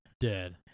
Dead